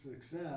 success